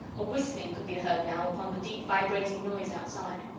a whistling could be heard now upon the deep vibrating noise outside.